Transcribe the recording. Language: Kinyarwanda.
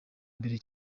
mbere